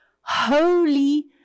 holy